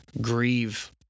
Grieve